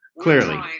Clearly